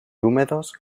húmedos